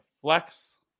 flex